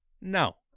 no